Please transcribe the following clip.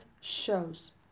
shows